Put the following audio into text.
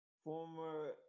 Former